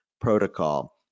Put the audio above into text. protocol